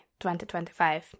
2025